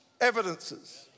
Evidences